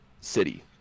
city